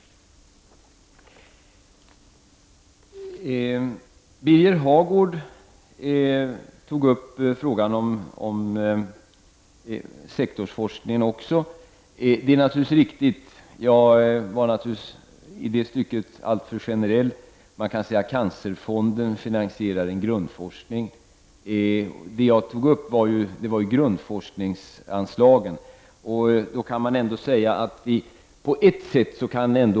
Också Birger Hagård tog upp frågan om sektorsforskning. Birger Hagård har rätt. Jag var naturligtvis i det stycket alltför generell. Cancerfonden finansierar en grundforskning. Jag tog upp grundforskningsanslagen.